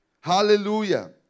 Hallelujah